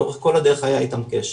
ולאורך כל הדרך היה איתם קשר.